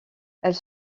elle